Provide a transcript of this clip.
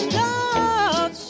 love